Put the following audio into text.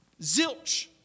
Zilch